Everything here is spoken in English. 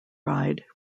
ride